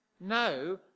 no